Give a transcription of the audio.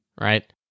right